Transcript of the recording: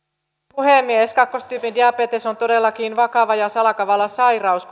puhemies kakkostyypin diabetes on todellakin vakava ja salakavala sairaus